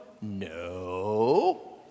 No